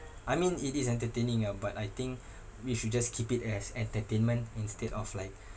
I mean it is entertaining ah but I think we should just keep it as entertainment instead of like